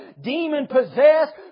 demon-possessed